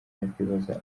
yakwibaza